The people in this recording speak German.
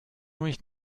mich